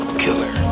killer